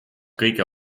kõigi